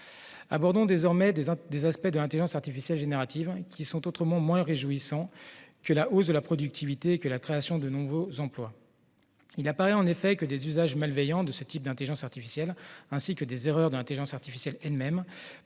Abordons désormais certains aspects de l'intelligence artificielle générative qui sont autrement moins réjouissants que la hausse de la productivité et que la création de nouveaux emplois. Il apparaît en effet que des usages malveillants de ce type d'IA, ainsi que des erreurs du programme lui-même,